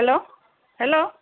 hello hello